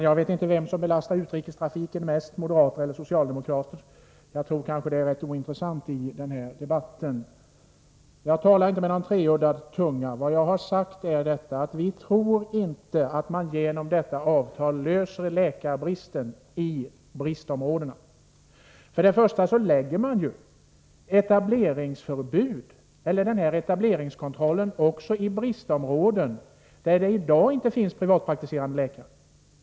Herr talman! Jag vet inte om det är moderaterna eller socialdemokraterna som belastar utrikestrafiken mest. Det är förmodligen ointressant i den här debatten. Jag talar inte med treuddad tunga. Vad jag har sagt är att vi inte tror att man genom det aktuella avtalet löser problemen i fråga om läkarbristen i bristområdena. Först och främst kommer etableringskontrollen att gälla också bristområden där det i dag inte finns några privatpraktiserande läkare.